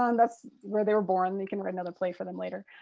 um that's where they were born. they can write another play for them later,